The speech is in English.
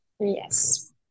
Yes